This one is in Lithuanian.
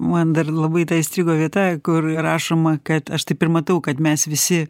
man dar labai įstrigo vieta kur rašoma kad aš taip ir matau kad mes visi